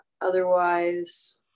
Otherwise